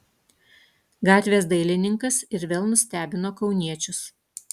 gatvės dailininkas ir vėl nustebino kauniečius